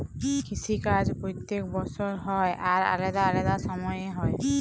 কিসি কাজ প্যত্তেক বসর হ্যয় আর আলেদা আলেদা সময়ে হ্যয়